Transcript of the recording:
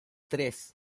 tres